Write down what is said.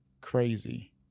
crazy